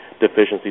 deficiencies